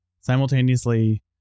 simultaneously